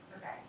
Okay